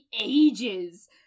ages